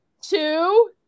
two